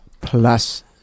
Plus